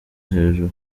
hejuru